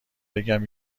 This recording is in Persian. بگم